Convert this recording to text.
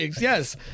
yes